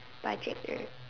budget uh